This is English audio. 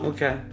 Okay